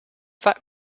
that